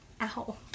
Ow